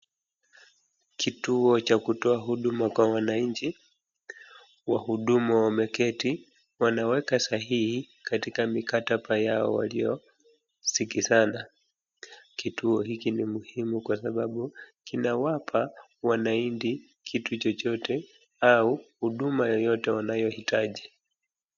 Kituo cha kutoa huduma kwa wananchi, wahuduma wameketi wanaweka sahihi katika mikataba yao waliosikizana. Kituo hiki ni muhimu kwa sababu kinawapa wananchi kitu chochote ama huduma yoyote wanayohitaji.